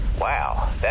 Wow